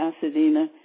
Pasadena